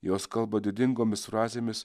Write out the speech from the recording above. jos kalba didingomis frazėmis